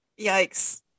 yikes